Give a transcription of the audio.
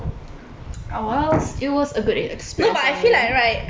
ah wells it was experience for me